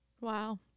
Wow